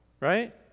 right